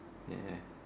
ya